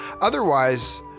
otherwise